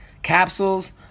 capsules